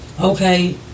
okay